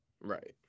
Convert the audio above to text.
Right